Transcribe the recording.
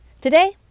Today